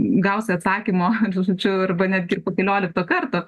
gausi atsakymo žodžiu arba netgi ir po keliolikto karto